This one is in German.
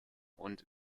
und